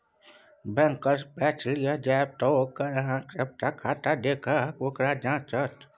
बैंकसँ पैच लिअ जाएब तँ ओ अहॅँक सभटा खाता देखत आ ओकरा जांचत